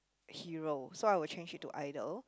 hero so I will change it to idol